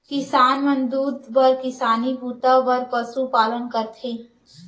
किसान मन दूद बर किसानी बूता बर पसु पालन करथे